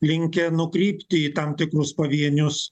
linkę nukrypti į tam tikrus pavienius